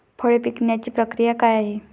फळे पिकण्याची प्रक्रिया काय आहे?